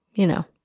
you know,